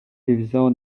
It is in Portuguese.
revisão